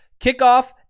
kickoff